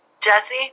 Jesse